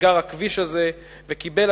נסגר הכביש הזה וקיבל,